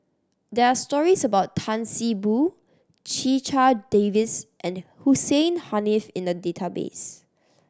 there are stories about Tan See Boo Checha Davies and Hussein Haniff in the database